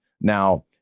Now